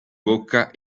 bocca